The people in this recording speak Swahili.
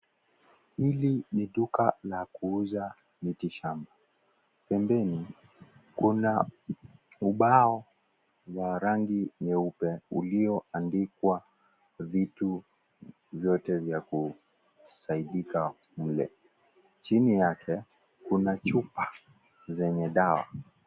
Hili ni duka la kuuza miti shamba pembeni kuna ubao ya rangi nyeupe uliyoandikwa vitu vyote vya kusaidika mle. Chini yake kuna chupa zenye dawa.